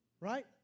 Right